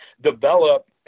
develop